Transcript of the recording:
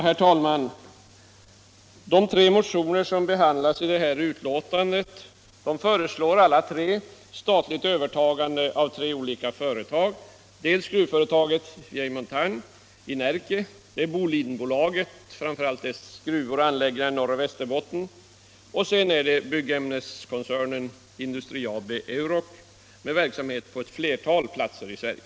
Herr talman! I de tre motioner som behandlas i detta betänkande föreslås statligt övertagande av tre olika företag, dels gruvföretagen Vieille Montagne i Närke och Bolidenbolaget —- framför allt dess anläggningar i Norroch Västerbotten —, dels byggämneskoncernen Industri AB Euroc med verksamhet på ett flertal platser i Sverige.